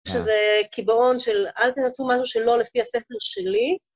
שזה קיבעון של אל תעשו משהו שלא לפי הספר שלי.